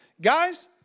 guys